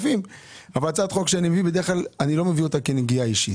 בדרך כלל לא מביא אותה כנגיעה אישית.